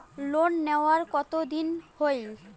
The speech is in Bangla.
লোন নেওয়ার কতদিন হইল?